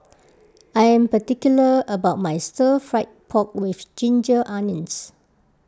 I am particular about my Stir Fried Pork with Ginger Onions